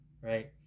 right